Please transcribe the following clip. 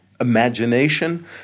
imagination